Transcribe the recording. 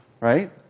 right